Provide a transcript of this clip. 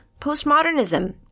postmodernism